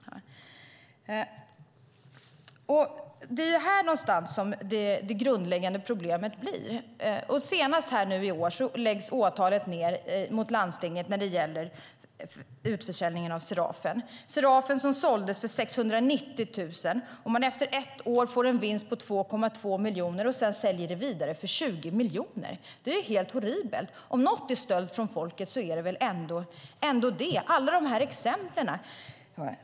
Det är här någonstans vi har det grundläggande problemet. Senast, nu i år, lades åtalet ned mot landstinget när det gäller utförsäljningen av Serafen. Serafen såldes för 690 000. Efter ett år fick man en vinst på 2,2 miljoner, och sedan såldes det vidare för 20 miljoner. Det är helt horribelt! Om något är stöld från folket är det väl ändå det.